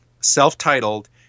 self-titled